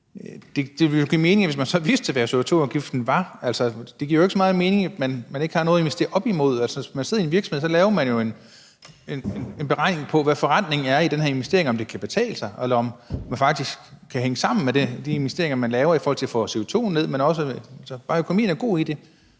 det ville jo give mening, hvis man så vidste, hvad CO2-afgiften var. Det giver jo ikke så meget mening, at man ikke har noget at investere op imod. Altså, hvis man sidder i en virksomhed, laver man jo en beregning på, hvad forrentningen er i den her investering, og om det kan betale sig, om det faktisk kan hænge sammen med de investeringer, man laver, i forhold til at få CO2 ned, men også bare, at økonomien er god i